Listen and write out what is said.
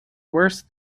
worse